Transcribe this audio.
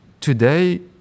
Today